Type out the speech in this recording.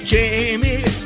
Jamie